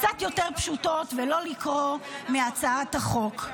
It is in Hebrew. קצת יותר פשוטות, ולא לקרוא מהצעת החוק.